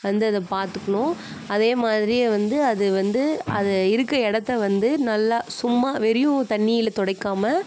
வந்து அதை பார்த்துக்குணும் அதேமாதிரியே வந்து அது வந்து அது இருக்க இடத்த வந்து நல்லா சும்மா வெறியும் தண்ணியில துடைக்காம